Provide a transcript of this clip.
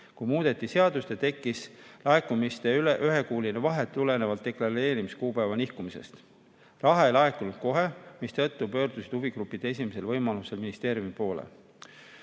kui muudeti seadust ja laekumistes tekkis ühekuuline vahe tulenevalt deklareerimiskuupäeva nihkumisest. Raha ei laekunud kohe, mistõttu pöördusid huvigrupid esimesel võimalusel ministeeriumi poole.